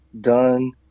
done